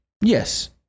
Yes